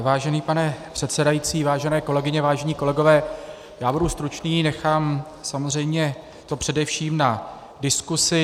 Vážený pane předsedající, vážené kolegyně, vážení kolegové, budu stručný, nechám to především na diskusi.